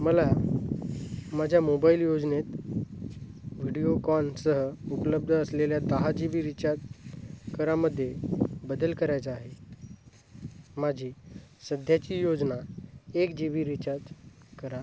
मला माझ्या मोबाईल योजनेत व्हिडिओ कॉलसह उपलब्ध असलेल्या दहा जी बी रिचार्ज करामध्ये बदल करायचा आहे माझी सध्याची योजना एक जी बी रिचार्ज करा